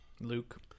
Luke